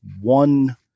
one